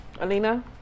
Alina